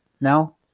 no